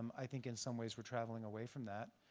i think in some ways we're traveling away from that.